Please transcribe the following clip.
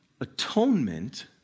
atonement